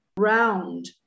Round